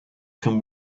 can